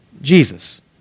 Jesus